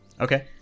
Okay